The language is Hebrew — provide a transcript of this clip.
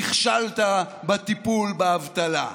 נכשלת בטיפול באבטלה.